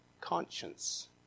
conscience